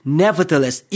nevertheless